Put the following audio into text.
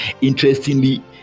interestingly